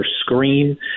screen